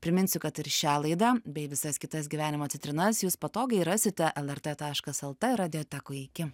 priminsiu kad ir šią laidą bei visas kitas gyvenimo citrinas jūs patogiai rasite lrt taškas lt radiotekoj iki